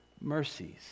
mercies